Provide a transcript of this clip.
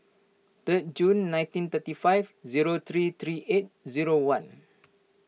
third June nineteen thirty five zero three three eight zero one